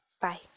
Bye